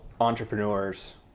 entrepreneurs